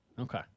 okay